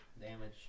damage